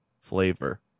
flavor